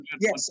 Yes